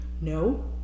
No